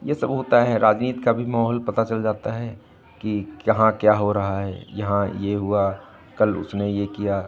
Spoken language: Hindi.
ये सब होता है राजनीति का भी माहौल पता चल जाता है कि कहाँ क्या हो रहा है यहाँ ये हुआ कल उसने ये किया